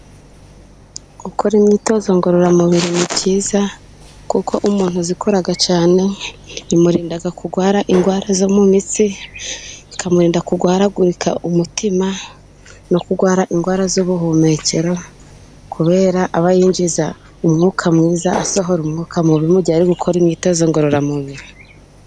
Gukora imyitozo ngororamubiri ni byiza kuko umuntu uyikora cyane, bimurinda kurwara indwara zo mu mitsi, bikamurinda kurwaragurika umutima no kurwara indwara z'ubuhumekero, kubera aba yinjiza umwuka mwiza, asohora umwuka mubi mu gihe ari gukora imyitozo ngororamubiri.